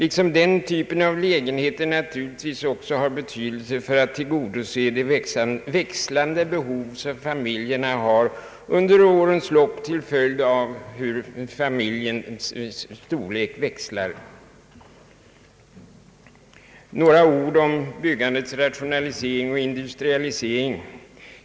Denna typ av lägenheter har naturligtvis också betydelse när det gäller att tillgodose familjernas växlande behov under årens lopp till följd av att familjestorleken växlar. Jag vill säga några ord om byggandets rationalisering och industrialise ring.